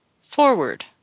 forward